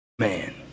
man